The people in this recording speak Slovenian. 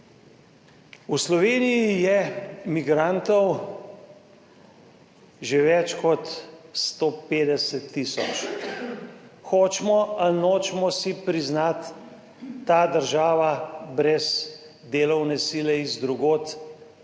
V Sloveniji je migrantov že več kot 150 tisoč. Hočemo ali nočemo priznati, ta država brez delovne sile od drugod slabo